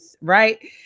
right